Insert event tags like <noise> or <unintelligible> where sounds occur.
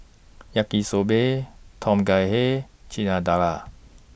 Yaki Soba Tom Kha Hay Chana Dal <unintelligible>